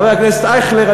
חבר הכנסת אייכלר,